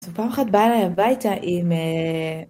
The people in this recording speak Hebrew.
פעם אחת באה אליי הביתה עם